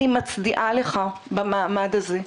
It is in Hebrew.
ואני מצדיעה לך במעמד הזה,